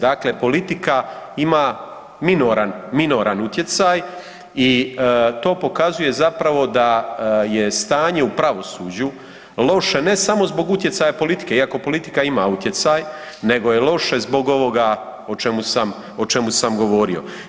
Dakle politika ima minoran, minoran utjecaj i to pokazuje zapravo da je stanje u pravosuđu loše ne samo zbog utjecaja politike iako politika ima utjecaj nego je loše zbog ovoga o čemu sam, o čemu sam govorio.